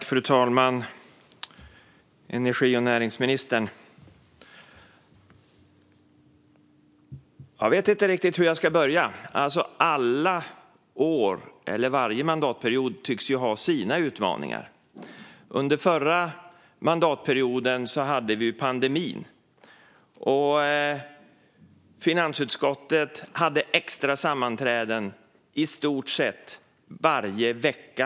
Fru talman och energi och näringsministern! Jag vet inte riktigt hur jag ska börja. Alla år och varje mandatperiod tycks ju ha sina utmaningar. Under den förra mandatperioden hade vi pandemin, och då hade finansutskottet extra sammanträden i stort sett varje vecka.